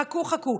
חכו, חכו.